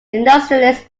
industrialist